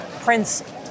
Prince